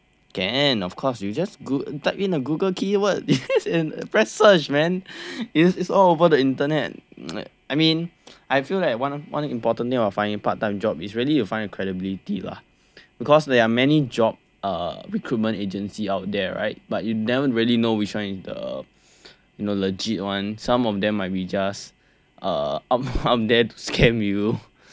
can of course you just type in a Google keyword and press search man is it's all over the internet I mean I feel like one important thing about finding part time job is really you find a credibility lah because there are many job uh recruitment agency out there right but you never really know which one is the you know legit [one] some of them might be just out out there to scam you